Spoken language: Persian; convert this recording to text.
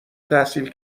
تحصیل